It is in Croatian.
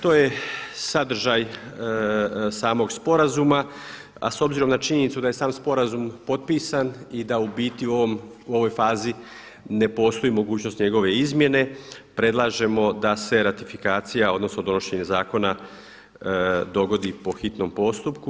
To je sadržaj samog sporazuma a s obzirom na činjenicu da je sam sporazum potpisan i da u biti u ovoj fazi ne postoji mogućnost njegove izmjene, predlažemo da se ratifikacija odnosno donošenje zakona dogodi po hitnom postupku.